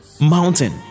mountain